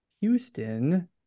Houston